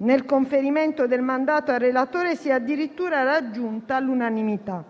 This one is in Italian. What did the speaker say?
Nel conferimento del mandato al relatore si è addirittura raggiunta l'unanimità.